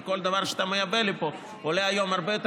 כי כל דבר שאתה מייבא לפה עולה היום הרבה יותר,